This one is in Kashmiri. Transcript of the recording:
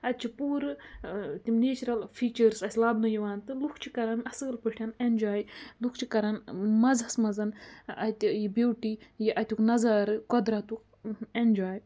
اَتہِ چھِ پوٗرٕ تِم نیچرَل فیٖچٲرٕس اَسہِ لَبنہٕ یِوان تہٕ لُکھ چھِ کَران اَصٕل پٲٹھۍ اٮ۪نجاے لُکھ چھِ کَران مَزَس منٛز اَتہِ یہِ بیوٗٹی یہِ اَتیُک نظارٕ قۄدرَتُک اٮ۪نجاے